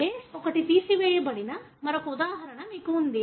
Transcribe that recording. base ఒకటి తీసివేయబడిన మరొక ఉదాహరణ మీకు ఉంది